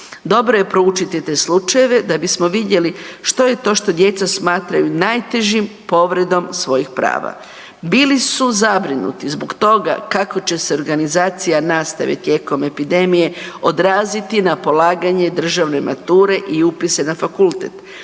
Dobro je proučiti te slučajeve da bismo vidjeli što je to što djeca smatraju najtežom povredom svojih prava. Bili su zabrinuti zbog toga kako će se organizacija nastave tijekom epidemije odraziti na polaganje državne mature i upise na fakultet,